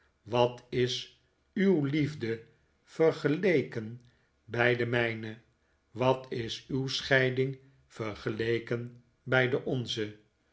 wat is uw liefde vergeleken bij de mijne wat is uw scheiding vergeleken bij de onze